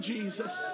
Jesus